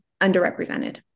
underrepresented